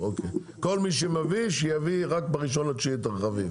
כל מי שמביא, שיביא רק ב-1 בספטמבר את הדברים.